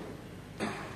גברתי היושבת-ראש,